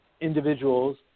individuals